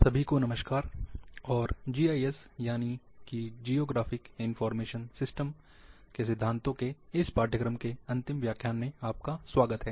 सभी को नमस्कार और जीआईएस यानी कि जियोग्राफिक इंफॉर्मेशन सिस्टम के सिद्धांतों के इस पाठ्यक्रम के अंतिम व्याख्यान में आपका स्वागत है